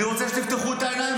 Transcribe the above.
אני רוצה שתפתחו את העיניים,